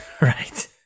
right